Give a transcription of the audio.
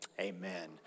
amen